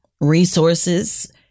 resources